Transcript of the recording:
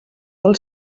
del